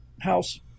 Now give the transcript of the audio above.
house